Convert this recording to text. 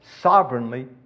sovereignly